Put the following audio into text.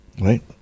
right